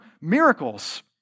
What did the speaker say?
miracles